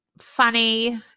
funny